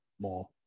more